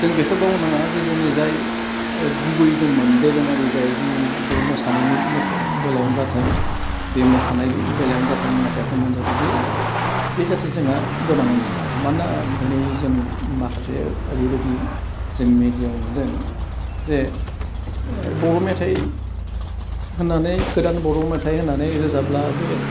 जों बेखौ बावनाङा जे जोंनि जाय गुबै दंमोन दोरोङारि जाय जोंनि बे मोसानायनि मेथाइ बेलायावनो जाथों बे मोसानाय बेलायावनो जाथों मेथाइ खन्नायावनो जाथे बे जाथे जोंहा गोमानानै थाङा मानोना दोनै जों माखासे ओरैबायदि जों मेदियाव नुदों जे बर' मेथाइ होन्नानै गोदान बर' मेथाइ होन्नानै रोजाब्ला बे